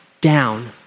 down